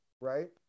right